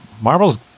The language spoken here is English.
Marvel's